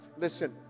Listen